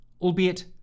albeit